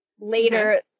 Later